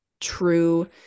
true